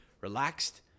relaxed